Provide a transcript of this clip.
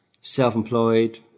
self-employed